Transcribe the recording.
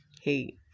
hey